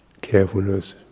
carefulness